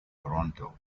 toronto